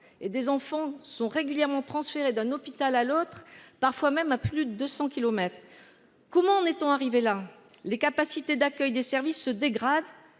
et des enfants sont régulièrement transférés d'un hôpital à l'autre, parfois même à plus de 200 kilomètres : comment en est-on arrivé là les capacités d'accueil des services se dégrade